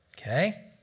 Okay